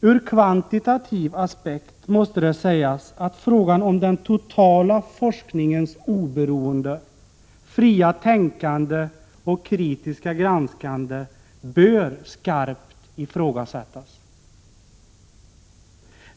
Ur kvantitativ aspekt måste det sägas att frågan om den totala forskningens oberoende, fria tänkande och kritiska granskande bör skarpt ifrågasättas.